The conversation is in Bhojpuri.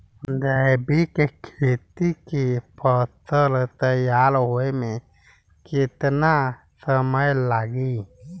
जैविक खेती के फसल तैयार होए मे केतना समय लागी?